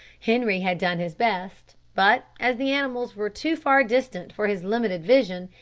henri had done his best, but, as the animals were too far distant for his limited vision,